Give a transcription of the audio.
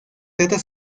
trata